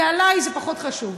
כי עלי זה פחות חשוב.